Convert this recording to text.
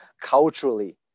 culturally